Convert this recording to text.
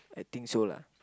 I think so lah